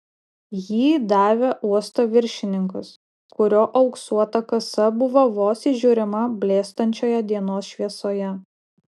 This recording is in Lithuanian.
jį davė uosto viršininkas kurio auksuota kasa buvo vos įžiūrima blėstančioje dienos šviesoje